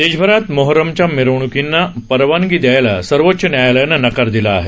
देशभरात मोहरमच्या मिरवणुकींना परवानगी दयायला सर्वोच्च न्यायालयानं नकार दिला आहे